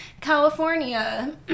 california